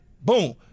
Boom